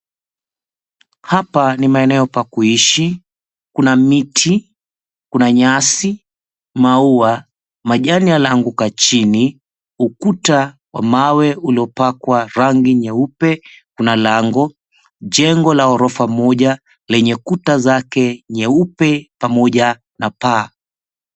Hapa ni maeneo pa kuishi. Kuna miti, kuna nyasi, maua, majani yameanguka chini, ukuta wa mawe uliopakwa rangi nyeupe, kuna lango, jengo la ghorofa moja lenye kuta zake nyeupe pamoja na paa.